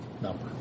number